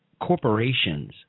corporations